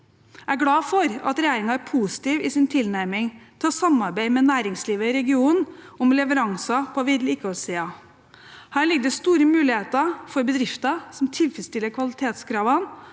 Jeg er glad for at regjeringen er positiv i sin tilnærming til å samarbeide med næringslivet i regionen om leveranser på vedlikeholdssiden. Her ligger det store muligheter for bedrifter som tilfredsstiller kvalitetskravene,